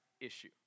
issue